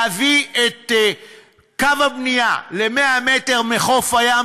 להביא את קו הבנייה ל-100 מטר מחוף הים